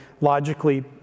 logically